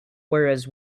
whereas